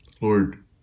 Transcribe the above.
Lord